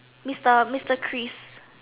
Mister Chris